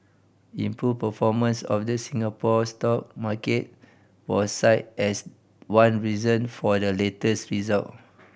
improved performance of the Singapore stock market was cited as one reason for the latest result